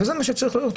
וזה מה שצריך להיות.